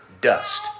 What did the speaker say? dust